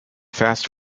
fast